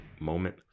moment